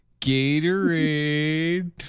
Gatorade